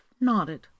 nodded